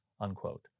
unquote